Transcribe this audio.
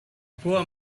poor